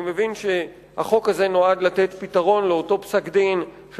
אני מבין שהחוק הזה הוא סוג של "מענה" לאותו פסק-דין של